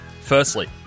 Firstly